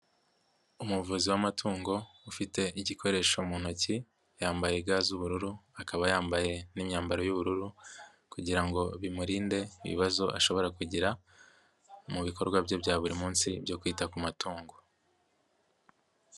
Umuvuzi w'amatungo ufite igikoresho mu ntoki yambaye ga z'ubururu akaba yambaye n'imyambaro y'ubururu kugira ngo bimurinde ibibazo ashobora kugira mu bikorwa bye bya buri munsi byo kwita ku matungo.